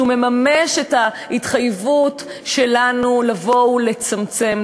שמממש את ההתחייבות שלנו לבוא ולצמצם,